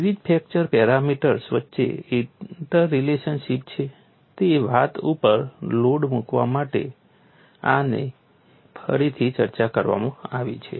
વિવિધ fracture parameters વચ્ચે interrelationship છે તે વાત ઉપર લોડ મૂકવા માટે આની ફરીથી ચર્ચા કરવામાં આવી છે